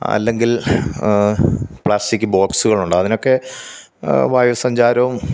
അല്ലെങ്കിൽ പ്ലാസ്റ്റിക് ബോക്സുകളുണ്ട് അതിനൊക്കെ വായുസഞ്ചാരവും